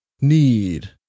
Need